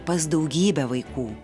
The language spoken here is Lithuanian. pas daugybę vaikų